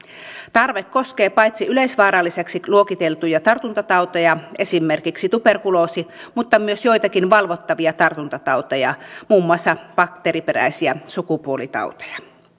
tarve koskee paitsi yleisvaaralliseksi luokiteltuja tartuntatauteja esimerkiksi tuberkuloosia myös joitakin valvottavia tartuntatauteja muun muassa bakteeriperäisiä sukupuolitauteja